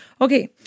Okay